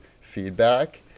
feedback